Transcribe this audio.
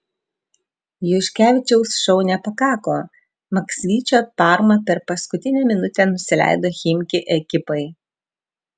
juškevičiaus šou nepakako maksvyčio parma per paskutinę minutę nusileido chimki ekipai